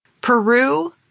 Peru